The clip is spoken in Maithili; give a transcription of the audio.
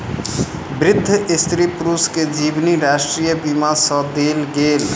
वृद्ध स्त्री पुरुष के जीवनी राष्ट्रीय बीमा सँ देल गेल